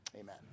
amen